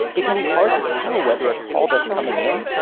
it can be hard to tell whether a call that's coming in,